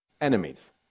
enemies